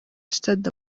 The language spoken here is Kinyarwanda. stade